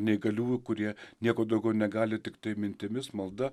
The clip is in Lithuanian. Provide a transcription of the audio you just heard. neįgaliųjų kurie nieko daugiau negali tiktai mintimis malda